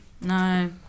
no